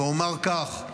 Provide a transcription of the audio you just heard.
ואומר כך: